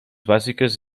bàsiques